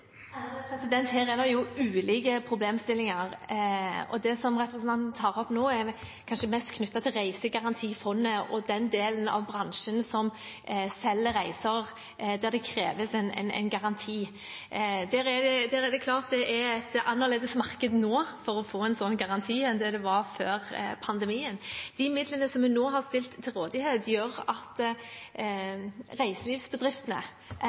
Her er det jo ulike problemstillinger, og det som representanten tar opp nå, er kanskje mest knyttet til Reisegarantifondet og den delen av bransjen som selger reiser der det kreves en garanti. Der er det klart at det er et annerledes marked for å få en sånn garanti nå enn det var før pandemien. De midlene vi nå har stilt til rådighet, gjør at alle reiselivsbedriftene